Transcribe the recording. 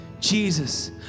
Jesus